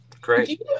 Great